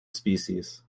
species